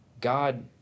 God